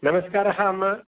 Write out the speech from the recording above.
नमस्कारः अम्मा